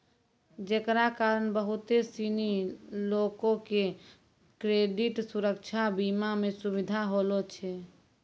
जेकरा कारण बहुते सिनी लोको के क्रेडिट सुरक्षा बीमा मे सुविधा होलो छै